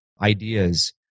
ideas